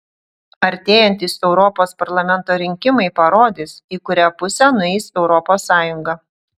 artėjantys europos parlamento rinkimai parodys į kurią pusę nueis europos sąjunga